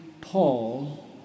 Paul